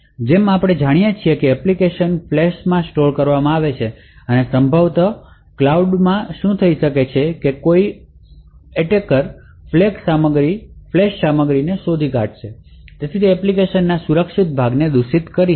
જેમ આપણે જાણીએ છીએ કે એપ્લિકેશન ફ્લેશમાં સ્ટોર કરવામાં આવશે અને સંભવત શું થઈ શકે છે તે છે કે કોઈ અટેકર ફ્લેશ સામગ્રીને બદલી શકે છે અને તેથી તે એપ્લિકેશનના સુરક્ષિત ભાગોને મેલીશીયસ રીતે બદલી શકે છે